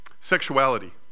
Sexuality